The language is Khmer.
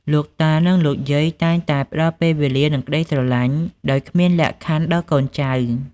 លោកតា និងលោកយាយតែងតែផ្តល់ពេលវេលា និងក្តីស្រលាញ់ដោយគ្មានលក្ខខណ្ឌដល់កូនចៅ។